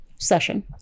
Session